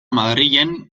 madrilen